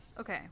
okay